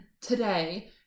today